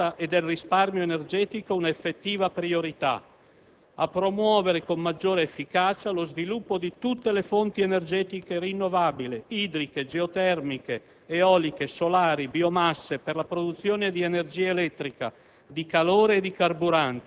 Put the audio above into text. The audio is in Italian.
a fare dell'efficienza e del risparmio energetico un'effettiva priorità; a promuovere con maggiore efficacia lo sviluppo di tutte le fonti energetiche rinnovabili (idriche, geotermiche, eoliche, solari, biomasse) per la produzione di energia elettrica